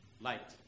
light